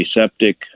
septic